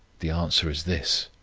the answer is this